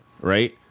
Right